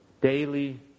Daily